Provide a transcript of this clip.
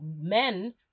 men